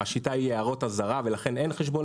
השיטה היא הערות אזהרה ולכן אין חשבון